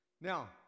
Now